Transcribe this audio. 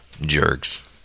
Jerks